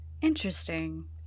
Interesting